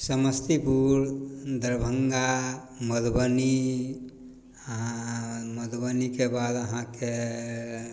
समस्तीपुर दरभङ्गा मधुबनी आओर मधुबनीके बाद अहाँके